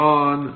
on